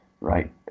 right